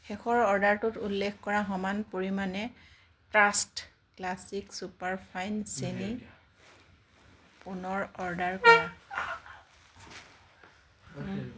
শেষৰ অৰ্ডাৰটোত উল্লেখ কৰাৰ সমান পৰিমাণে ট্ৰাষ্ট ক্লাছিক ছুপাৰফাইন চেনি পুনৰ অৰ্ডাৰ কৰা